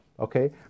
Okay